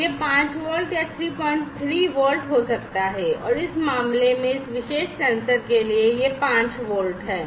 यह 5 वोल्ट या 33 वोल्ट हो सकता है इस मामले में इस विशेष सेंसर के लिए यह 5 वोल्ट है